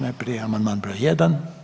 Najprije amandman br. 1.